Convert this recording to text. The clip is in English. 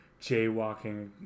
jaywalking